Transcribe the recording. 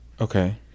Okay